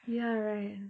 ya right